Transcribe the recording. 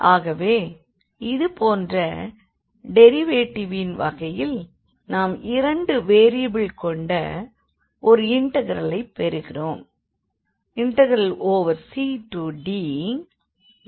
ஆகவே இது போன்ற டெரிவேடிவின் வகையில் நாம் இரண்டு வேரியபிள் கொண்ட ஒரு இண்டெக்ரலைப் பெறுகிறோம்